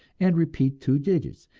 and repeat two digits,